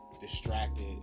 distracted